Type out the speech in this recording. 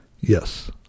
Yes